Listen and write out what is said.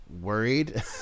worried